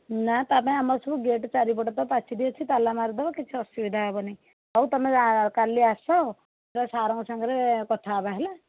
ନା ତା ପାଇଁ ଆମର ସବୁ ଗେଟ ଚାରିପଟେ ତ ପାଚେରୀ ଅଛି ତାଲା ମାରିଦେବ କିଛି ଅସୁବିଧା ହେବନି ଆଉ ତୁମେ କାଲି ଆସ ଯାଇ ସାର୍ ଙ୍କ ସାଙ୍ଗରେ କଥା ହେବା ହେଲା